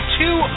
two